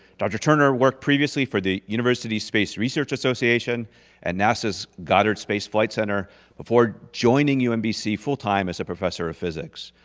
dr. turner worked previously for the university space research association and nasa's goddard space flight center before joining umbc full-time as a professor of physics.